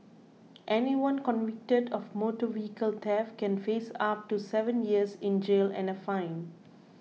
anyone convicted of motor vehicle theft can face up to seven years in jail and a fine